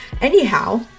anyhow